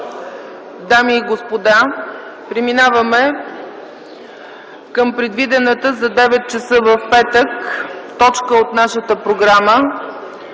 дами и господа, преминаваме към предвидената за 9,00 ч. в петък точка от нашата програма: